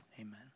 Amen